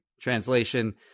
Translation